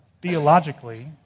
theologically